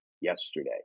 yesterday